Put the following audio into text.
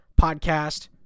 Podcast